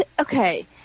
okay